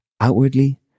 Outwardly